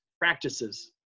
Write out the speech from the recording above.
practices